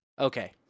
Okay